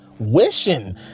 Wishing